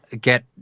get